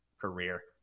career